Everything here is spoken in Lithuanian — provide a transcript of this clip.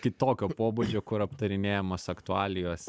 kitokio pobūdžio kur aptarinėjamos aktualijos